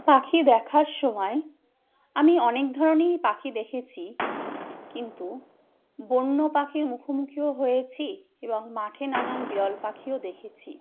পাখি দেখার সময় আমি অনেক ধরনেরই পাখি দেখেছি কিন্তু বন্য পাখির মুখোমুখিও হয়েছি এবং মাঠে নানান বিরল পাখিও দেখেছি